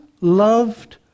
loved